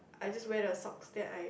I just wear the socks then I